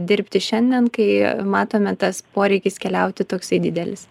dirbti šiandien kai matome tas poreikis keliauti toksai didelis